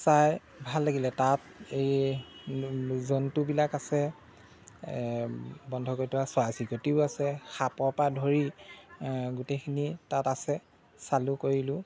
চাই ভাল লাগিলে তাত এই জন্তুবিলাক আছে বন্ধ কৰি থোৱা চৰাই চিৰিকটিও আছে সাপৰপৰা ধৰি গোটেইখিনি তাত আছে চালোঁ কৰিলোঁ